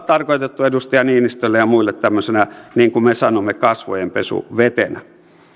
tarkoitettu edustaja niinistölle ja muille tämmöisenä niin kuin me sanomme kasvojenpesuvetenä